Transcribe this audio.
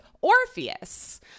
Orpheus